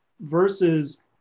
versus